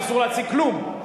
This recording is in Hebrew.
אסור להציג כלום,